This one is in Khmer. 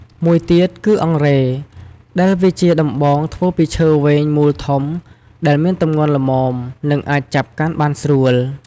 មួយទៀតគឺអង្រែ ដែលវាជាដំបងធ្វើពីឈើវែងមូលធំ ដែលមានទម្ងន់ល្មម និងអាចចាប់កាន់បានស្រួល។